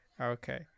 okay